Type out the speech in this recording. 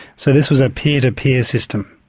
so this was a peer to peer system?